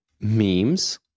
Memes